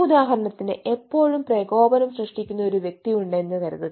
ഉദാഹരണത്തിന് എപ്പോഴും പ്രകോപനം സൃഷ്ടിക്കുന്ന ഒരു വ്യക്തിയുണ്ട് എന്ന് കരുതുക